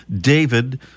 David